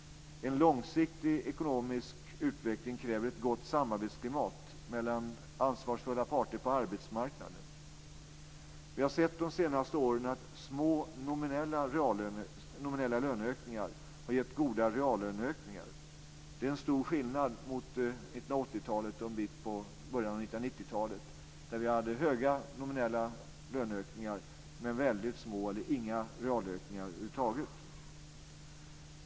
En långsiktig ekonomisk utveckling kräver ett gott samarbetsklimat mellan ansvarsfulla parter på arbetsmarknaden. Vi har under de senaste åren sett att små nominella löneökningar har gett goda reallöneökningar. Det är en stor skillnad mot 1980-talet och ett stycke in på 1990-talet, då vi hade höga nominella löneökningar men väldigt små eller över huvud taget inga realökningar.